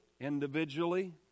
individually